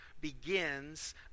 begins